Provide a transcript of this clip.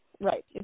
Right